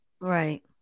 Right